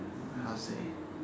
like how to say